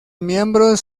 miembros